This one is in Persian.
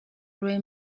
روی